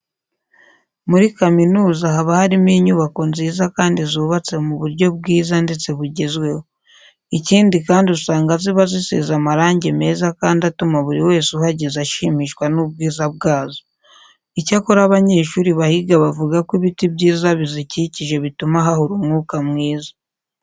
Muri kaminuza haba harimo inyubako nziza kandi zubatse mu buryo bwiza ndetse bugezweho. Ikindi kandi usanga ziba zisize amarange meze kandi atuma buri wese uhageze ashimishwa n'ubwiza bwazo. Icyakora abanyeshuri bahiga bavuga ko ibiti byiza bizikikije bituma hahora umwuka mwiza.